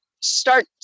start